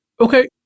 Okay